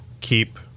keep